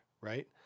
right